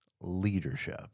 leadership